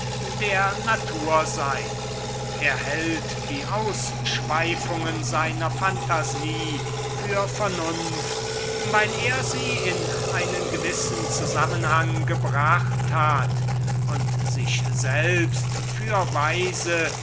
der natur sein er hält die ausschweifungen seiner phantasie für vernunft weil er sie in einen gewissen zusammenhang gebracht hat und sich selbst für weise